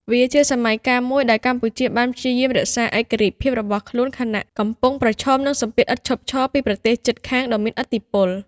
វាជាសម័យកាលមួយដែលកម្ពុជាបានព្យាយាមរក្សាឯករាជ្យភាពរបស់ខ្លួន ខណៈកំពុងប្រឈមនឹងសម្ពាធឥតឈប់ឈរពីប្រទេសជិតខាងដ៏មានឥទ្ធិពល។